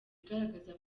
igaragaza